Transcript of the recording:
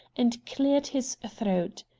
and cleared his throat.